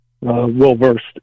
well-versed